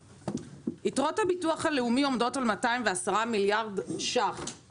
יתרות הביטוח הלאומי עומדות על 210 מיליארד שקלים,